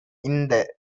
இந்த